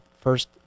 first